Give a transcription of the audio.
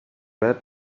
red